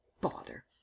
Bother